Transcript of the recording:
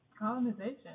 colonization